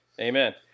Amen